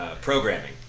programming